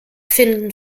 finden